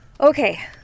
Okay